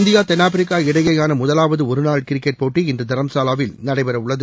India தென்னாப்பிரிக்கா இடையேயான முதலாவது ஒருநாள் கிரிக்கெட் போட்டி இன்று தரம்சாலாவில் நடைபெறவுள்ளது